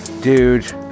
Dude